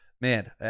Man